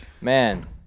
Man